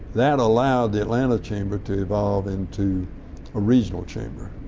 that allowed the atlanta chamber to evolve into a regional chamber.